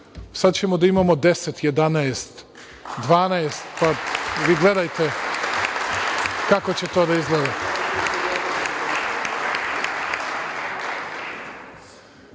Sada ćemo da imamo 10, 11, 12, pa vi gledajte kako će to da izgleda.